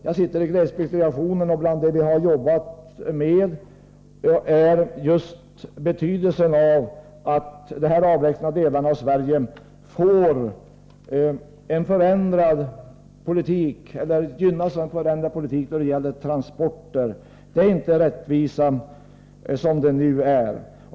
Jag ingår i glesbygdsdelegationen, och vi har arbetat för att de här avlägsna delarna av Sverige skall bli föremål för en annan och mer gynnsam politik när det gäller transporter. Det är inte rättvist som det nu är.